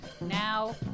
Now